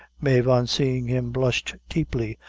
mave, on seeing him, blushed deeply,